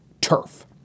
turf